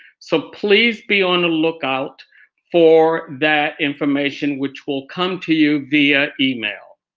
so please be on the lookout for that information which will come to you via email.